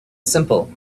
simple